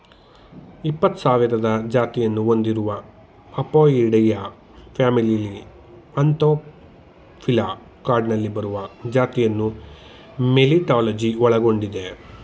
ಇಪ್ಪತ್ಸಾವಿರ ಜಾತಿಯನ್ನು ಹೊಂದಿರುವ ಅಪೊಯಿಡಿಯಾ ಫ್ಯಾಮಿಲಿಲಿ ಆಂಥೋಫಿಲಾ ಕ್ಲಾಡ್ನಲ್ಲಿ ಬರುವ ಜಾತಿಯನ್ನು ಮೆಲಿಟಾಲಜಿ ಒಳಗೊಂಡಿದೆ